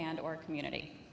and or community